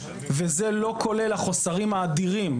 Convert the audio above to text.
וזה לא כולל החוסרים האדירים.